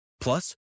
Plus